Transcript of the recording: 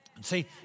See